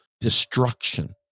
destruction